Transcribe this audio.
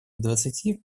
двадцати